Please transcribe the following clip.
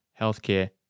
healthcare